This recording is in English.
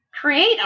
create